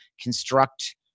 construct